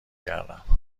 کردم